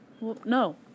No